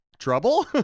Trouble